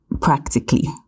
practically